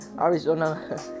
Arizona